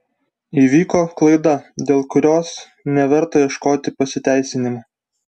įvyko klaida dėl kurios nevalia ieškoti pasiteisinimų